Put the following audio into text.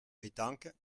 pétanque